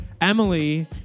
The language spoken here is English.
Emily